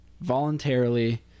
voluntarily –